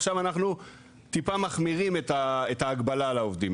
עכשיו אנחנו טיפה מחמירים את ההגבלה על העובדים,